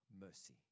mercy